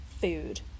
food